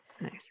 Nice